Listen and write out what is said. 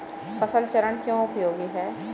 फसल चरण क्यों उपयोगी है?